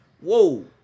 whoa